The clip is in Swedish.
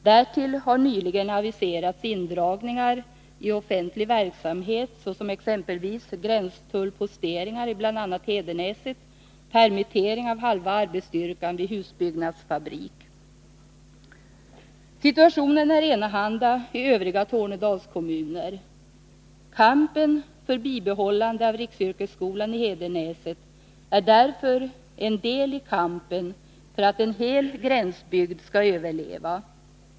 Därtill har nyligen aviserats indragningar i offentlig verksamhet såsom av gränstullsposteringar i bl.a. Hedenäset samt permittering av halva arbetsstyrkan vid en husbyggnadsfabrik. Situationen är enahanda i övriga Tornedalskommuner. Kampen för bibehållande av riksyrkesskolan i Hedenäset är därför en deli kampen för att en hel gränsbygd skall överleva.